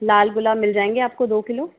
लाल गुलाब मिल जाएंगे दो किलो